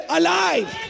alive